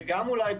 וגם אולי,